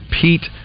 Pete